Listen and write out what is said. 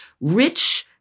rich